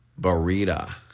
Barita